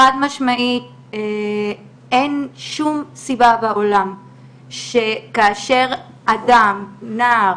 חד-משמעית, אין שום סיבה בעולם שכאשר אדם, נער,